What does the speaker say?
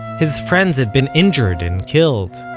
his friends had been injured, and killed.